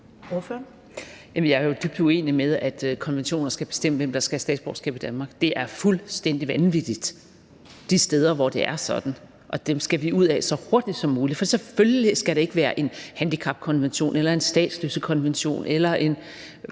jeg er jo dybt uenig i, at konventioner skal bestemme, hvem der skal have statsborgerskab i Danmark. Det er fuldstændig vanvittigt de steder, hvor det er sådan, og dem skal vi ud af så hurtigt som muligt. For selvfølgelig skal det ikke være en handicapkonvention eller en statsløsekonvention eller andre